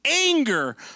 anger